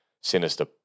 sinister